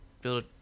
Build